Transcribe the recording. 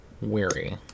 weary